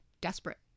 desperate